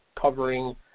covering